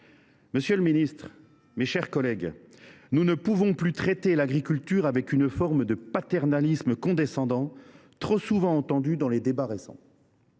Monsieur le ministre, mes chers collègues, nous ne pouvons plus traiter l’agriculture avec cette forme de paternalisme condescendant que l’on a trop souvent entendue lors des récents